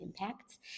impacts